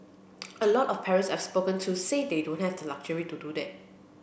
a lot of parents I've spoken to say they don't have luxury to do that